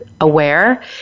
aware